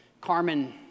Carmen